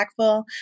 impactful